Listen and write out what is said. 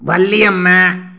Valliammai